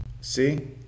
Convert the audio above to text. See